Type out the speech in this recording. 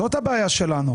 זאת הבעיה שלנו